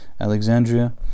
Alexandria